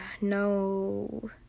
no